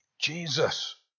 Jesus